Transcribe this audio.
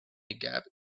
gap